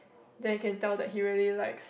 then you can tell that he really likes